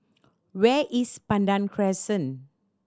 where is Pandan Crescent